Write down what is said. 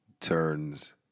turns